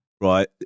right